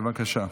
בבקשה.